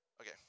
Okay